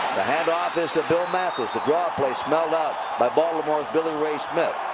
the hand-off is to bill mathis. the draw play smelled out by baltimore's billy ray smith,